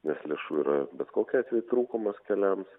nes lėšų yra bet kokiu atveju trūkumas keliams